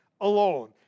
alone